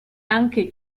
anche